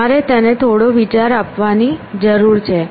તમારે તેને થોડો વિચાર આપવાની જરૂર છે